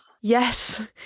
Yes